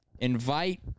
Invite